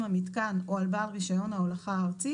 המיתקן או על בעל רישיון ההולכה הארצי,